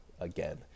again